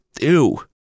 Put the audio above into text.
ew